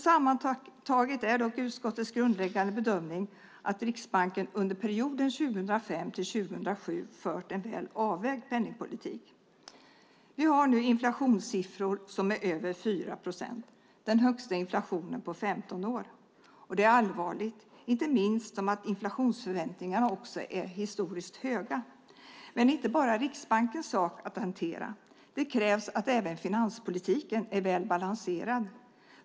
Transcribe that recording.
Sammantaget är dock utskottets grundläggande bedömning att Riksbanken under perioden 2005-2007 fört en väl avvägd penningpolitik. Vi har nu inflationssiffror som är över 4 procent. Det är den högsta inflationen på 15 år. Det är allvarligt, inte minst eftersom inflationsförväntningarna också är historiskt höga. Men det är inte bara Riksbankens sak att hantera. Det krävs att även finanspolitiken är väl balanserad.